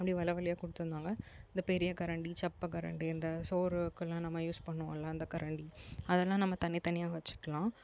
அப்படி வலை வலையா கொடுத்துருந்தாங்க இந்த பெரிய கரண்டி சப்பை கரண்டி அந்த சோறு வைக்கலாம் நம்ம யூஸ் பண்ணுவோம்ல அந்த கரண்டி அதெல்லாம் நம்ம தனித்தனியாக வச்சிக்கலாம்